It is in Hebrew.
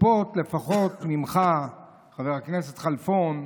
מצופה ממך לפחות, חבר הכנסת כלפון,